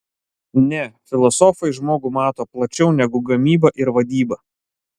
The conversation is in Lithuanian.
ne filosofai žmogų mato plačiau negu gamyba ir vadyba